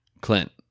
Clint